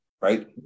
right